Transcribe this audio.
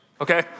okay